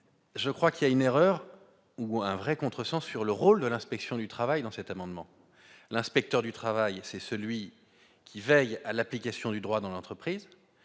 je crois qu'il y a une erreur ou un vrai contresens sur le rôle de l'inspection du travail dans cet amendement, l'inspecteur du travail, c'est celui qui veille à l'application du droit dans l'entreprise,